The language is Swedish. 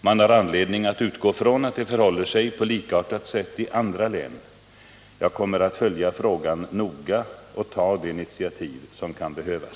Man har anledning att utgå från att det förhåller sig på likartat sätt i andra län. Jag kommer att följa frågan noga och ta de initiativ som kan behövas.